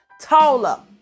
taller